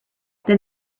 then